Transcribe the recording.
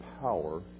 power